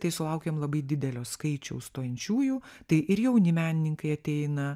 tai sulaukiam labai didelio skaičiaus stojančiųjų tai ir jauni menininkai ateina